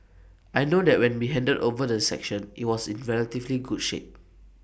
I know that when we handed over the section IT was in relatively good shape